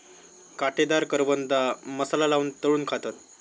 काटेदार करवंदा मसाला लाऊन तळून खातत